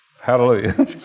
Hallelujah